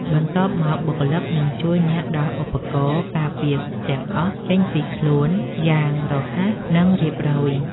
បន្ទាប់មក បុគ្គលិកនឹងជួយអ្នកដោះឧបករណ៍ការពារទាំងអស់ ចេញពីខ្លួនយ៉ាងរហ័ស និងរៀបរយ។